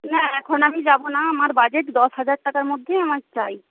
না এখন আমি যাব না আমার বাজেট দশ হাজার টাকার মধ্যেই আমার চাই